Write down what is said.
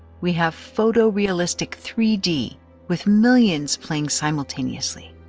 we have photorealistic three d with millions playing simultaneously.